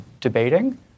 debating